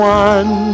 one